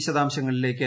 വിശദാംശങ്ങളിലേക്ക്